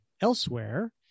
Elsewhere